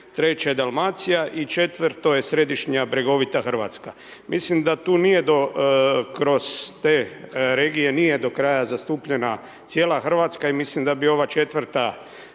treće Dalmacija i četvoro je središnja, bregovita Hrvatska. Mislim da tu nije do, kroz te regije, nije do kraja zastupljena cijela Hrvatska i mislim da bi ova četvrta